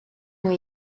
ont